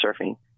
surfing